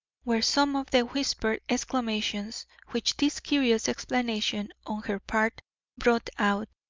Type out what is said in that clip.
were some of the whispered exclamations which this curious explanation on her part brought out.